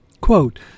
Quote